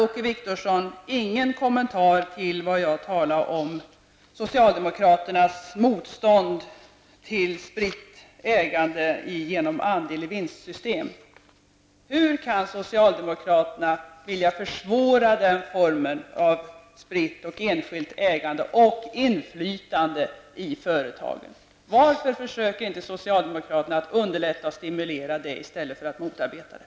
Åke Wictorsson hade ingen kommentar till det som jag sade om socialdemokraternas motstånd mot spritt ägande genom vinstandelssystem. Hur kan socialdemokraterna vilja försvåra den formen av spritt och enskilt ägande och inflytande i företagen? Varför försöker socialdemokraterna inte att underlätta och stimulera det i stället för att motarbeta det?